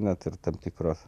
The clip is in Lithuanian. net ir tarp tikros